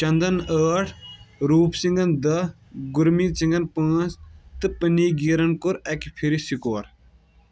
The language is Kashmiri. چندن ٲٹھ روٗپ سنگن دَہ گُرمیٖت سنگن پانٛژھ تہٕ پنیگرن کوٚر اکہِ پھِرِ سِکور